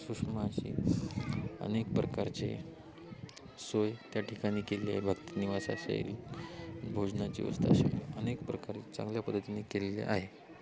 सुक्ष्म अशी अनेक प्रकारचे सोय त्या ठिकाणी केले आहे भक्त निवास असेल भोजनाची व्यवस्था असेल अनेक प्रकारे चांगल्या पद्धतीने केलेले आहे